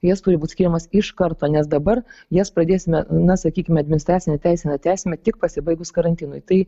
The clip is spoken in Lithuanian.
jas turi būt skiriamas iš karto nes dabar jas pradėsime na sakykime administracinę teiseną tęsime tik pasibaigus karantinui tai